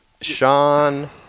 Sean